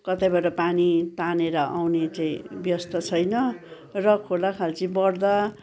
कतैबाट पानी तानेर आउने चाहिँ व्यवस्था छैन र खोलाखोल्ची बढ्दा